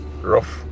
rough